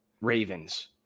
Ravens